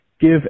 give